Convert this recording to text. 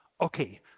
Okay